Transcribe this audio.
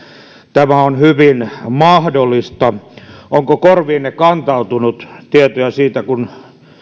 tämä on hyvin mahdollista onko korviinne kantautunut tietoja siitä kun